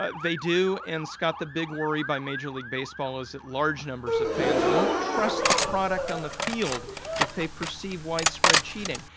ah they do. and, scott, the big worry by major league baseball is that large numbers of fans won't trust the product on the field if they perceive widespread cheating.